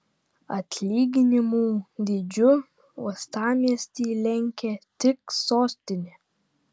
atlyginimų dydžiu uostamiestį lenkia tik sostinė